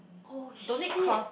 oh shit